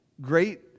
great